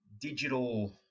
digital